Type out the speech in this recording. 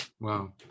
Wow